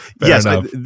yes